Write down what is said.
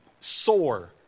soar